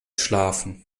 schlafen